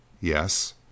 Yes